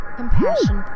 compassion